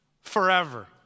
forever